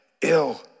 ill